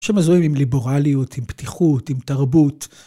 שמזוהים עם ליברליות, עם פתיחות, עם תרבות.